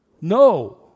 No